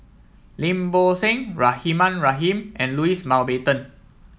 Lim Bo Seng Rahimah Rahim and Louis Mountbatten